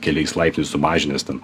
keliais laipsniais sumažinęs ten